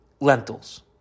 lentils